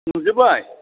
नुजोबबाय